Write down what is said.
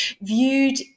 viewed